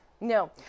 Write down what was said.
No